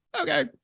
okay